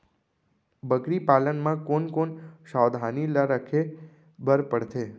बकरी पालन म कोन कोन सावधानी ल रखे बर पढ़थे?